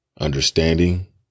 understanding